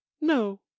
No